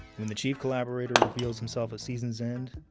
when the chief collaborator reveals himself at season's end,